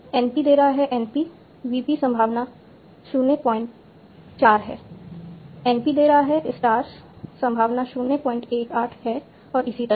NP दे रहा है NP VP संभावना 04 है NP दे रहा है स्टार्स संभावना 018 है और इसी तरह